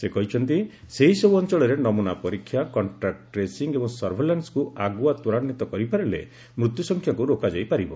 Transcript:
ସେ କହିଛନ୍ତି ସେହିସବୁ ଅଞ୍ଚଳରେ ନମୁନା ପରୀକ୍ଷା କଣ୍ଟାକୁ ଟ୍ରେସିଂ ଏବଂ ସର୍ଭେଲାନ୍ସକୁ ଆଗୁଆ ତ୍ୱରାନ୍ୱିତ କରିପାରିଲେ ମୃତ୍ୟୁସଂଖ୍ୟାକୁ ରୋକାଯାଇ ପାରିବ